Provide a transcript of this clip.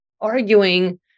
arguing